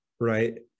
right